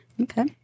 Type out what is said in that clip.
Okay